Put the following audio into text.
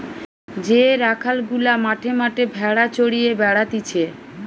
যে রাখাল গুলা মাঠে মাঠে ভেড়া চড়িয়ে বেড়াতিছে